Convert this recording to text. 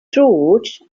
george